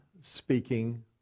speaking